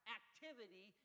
activity